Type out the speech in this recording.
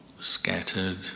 scattered